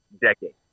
decade